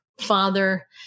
father